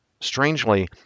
Strangely